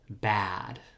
bad